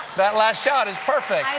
that last shot is perfect.